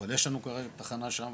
אבל יש לנו כרגע תחנה שמה